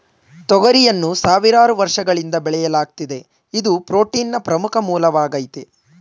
ತೊಗರಿಯನ್ನು ಸಾವಿರಾರು ವರ್ಷಗಳಿಂದ ಬೆಳೆಯಲಾಗ್ತಿದೆ ಇದು ಪ್ರೋಟೀನ್ನ ಪ್ರಮುಖ ಮೂಲವಾಗಾಯ್ತೆ